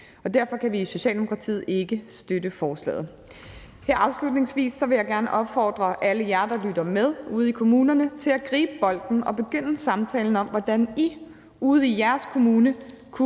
Derfor kan vi i Socialdemokratiet ikke støtte forslaget. Her afslutningsvis vil jeg gerne opfordre alle jer, der lytter med ude i kommunerne, til at gribe bolden og begynde samtalen om, hvordan I ude i jeres kommune kunne